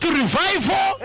revival